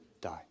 die